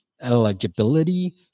eligibility